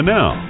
Now